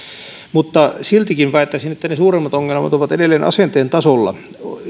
mutta siltikin väittäisin että ne suuremmat ongelmat ovat edelleen asenteen tasolla